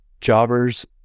jobbers